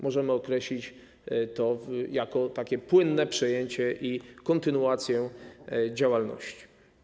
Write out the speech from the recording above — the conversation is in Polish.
Możemy określić to jako takie płynne przejęcie i kontynuację działalności.